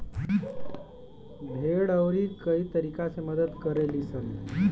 भेड़ अउरी कई तरीका से मदद करे लीसन